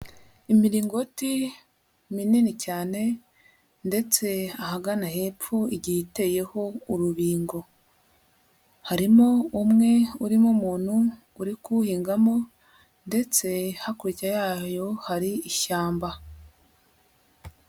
Imiringoti minini cyane ndetse ahagana hepfo igiye iteyeho urubingo, harimo umwe urimo umuntu urikuwuhingamo ndetse hakurya yayo hari ishyamba.